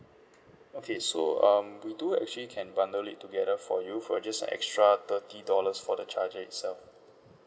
okay so um we do actually can bundle it together for you for just a extra thirty dollars for the charger itself